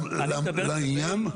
לעניין?